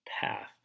path